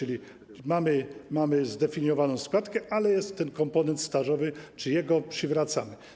A więc mamy zdefiniowaną składkę, ale jest ten komponent stażowy, czy jego przywracamy.